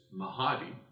Mahadi